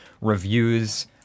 reviews –